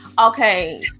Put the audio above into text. Okay